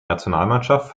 nationalmannschaft